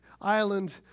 island